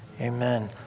Amen